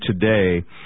today